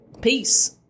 Peace